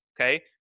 okay